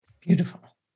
Beautiful